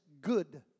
good